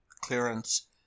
clearance